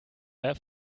der